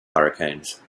hurricanes